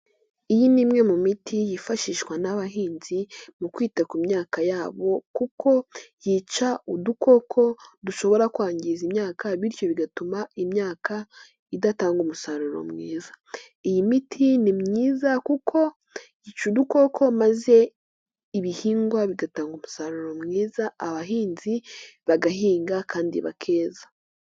Iyi ni imwe mu miti yifashishwa n'abahinzi mu kwita ku myaka yabo kuko yica udukoko dushobora kwangiza imyaka, bityo bigatuma imyaka idatanga umusaruro mwiza. Iyi miti ni myiza kuko yica udukoko maze ibihingwa bigatanga umusaruro mwiza, abahinzi bagahinga kandi bakeza.